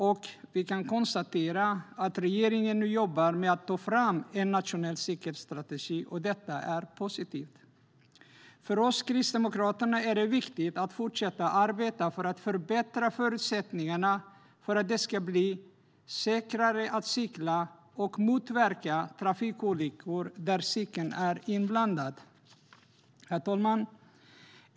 Och vi kan konstatera att regeringen nu jobbar med att ta fram en nationell cykelstrategi. Det är positivt! För oss kristdemokrater är det viktigt att fortsätta att arbeta för att förbättra förutsättningarna för att det ska bli säkrare att cykla och motverka trafikolyckor där cykeln är inblandad. Herr talman!